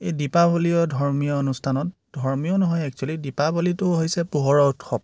এই দীপাৱলীয় ধৰ্মীয় অনুষ্ঠানত ধৰ্মীয় নহয় একচুৱেলী দীপাৱলীটো হৈছে পোহৰৰ উৎসৱ